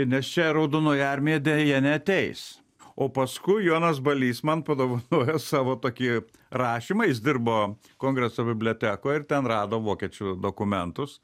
nes čia raudonoji armija deja neateis o paskui jonas balys man padovanojo savo tokį rašymą jis dirbo kongreso bibliotekoje ir ten rado vokiečių dokumentus